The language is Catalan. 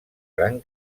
gran